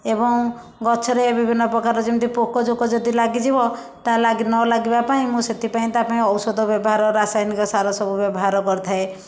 ଏବଂ ଗଛ ରେ ବିଭିନ୍ନ ପ୍ରକାରର ଯେମିତି ପୋକ ଜୋକ ଯଦି ଲାଗିଯିବ ତାହେଲେ ନ ଲାଗିବା ପାଇଁ ମୁଁ ସେଥିପାଇଁ ତା ପାଇଁ ଔଷଧ ବ୍ୟବହାର ରାସାୟନିକ ସାର ସବୁ ବ୍ୟବହାର କରିଥାଏ